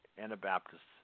Anabaptists